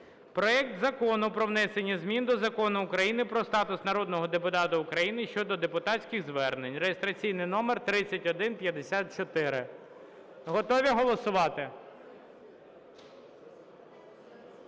проект Закону про внесення змін до Закону України "Про статус народного депутата України" (щодо депутатських звернень) (реєстраційний номер 3154). Готові голосувати?